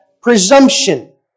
presumption